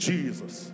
Jesus